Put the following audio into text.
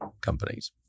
companies